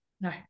No